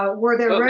ah were there oh,